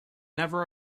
never